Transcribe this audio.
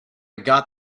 got